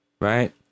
right